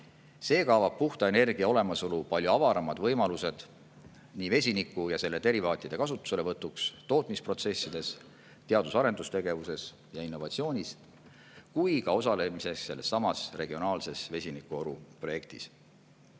Seega avab puhta energia olemasolu palju avaramad võimalused vesiniku ja selle derivaatide kasutuselevõtuks tootmisprotsessides, teadus- ja arendustegevuses ning nii innovatsioonis kui ka sellessamas regionaalses vesinikuoru projektis